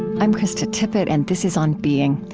i'm krista tippett, and this is on being.